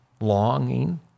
longing